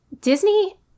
Disney